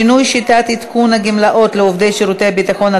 (שינוי שיטת עדכון הגמלאות לעובדי שירותי הביטחון),